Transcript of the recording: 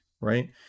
right